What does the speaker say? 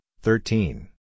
thirteen